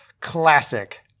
classic